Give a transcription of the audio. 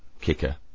kicker